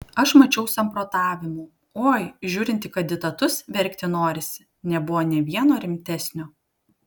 aš mačiau samprotavimų oi žiūrint į kandidatus verkti norisi nebuvo nė vieno rimtesnio